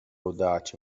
audace